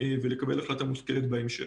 ולקבל החלטה מושכלת בהמשך.